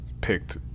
picked